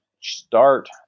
start